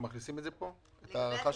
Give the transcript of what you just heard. מכניסים פה את ההארכה.